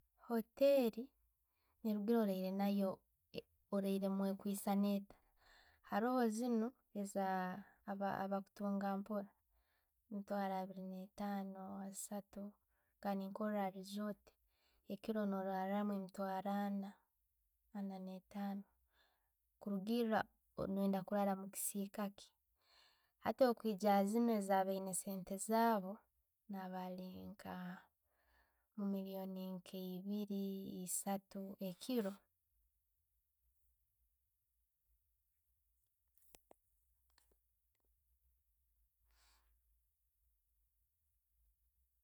Hotel, neruga oraire naayo oraire ekwisana etta. Haroho ziino ezaba mukutunga mpora, emitwaro abiiri netaano, essatu. Kandi nkurora ha resort, ekiiro norara emitwalo anana, ananetaano kurugiira noyenda kurara mukisiikaki. Hati bwokwijja baano abaine sente zaabu, naba linka mu- mumumillioni nkalimumillioni nke ebiiri, esaatu ekiiro.